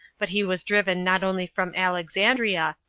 but he was driven not only from alexandria,